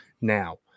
now